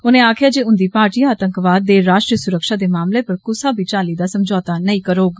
उनें आखेआ जे उंदी पार्टी आतंकवाद ते राष्ट्री सुरक्षा दे मामले पर कुसा बी चाल्ली दा समझौता नेई करोग